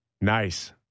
Nice